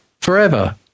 forever